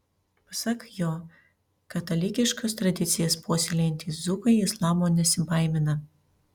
pasak jo katalikiškas tradicijas puoselėjantys dzūkai islamo nesibaimina